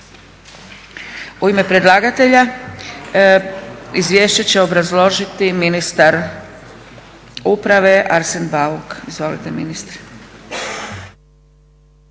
U ime predlagatelja izvješće će obrazložiti ministar uprave Arsen Bauk. Izvolite ministre.